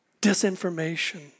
disinformation